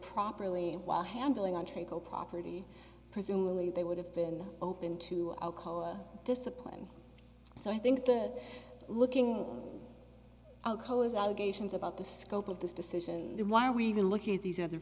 properly while handling entre co property presumably they would have been open to alcoa discipline so i think the looking out coal is allegations about the scope of this decision why are we even looking at these other